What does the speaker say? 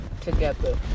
together